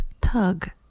tug